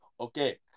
okay